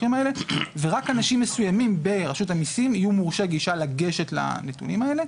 ורק אנשים מסוימים ברשות המיסים יהיו מורשה גישה לגשת לנתונים האלה.